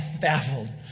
Baffled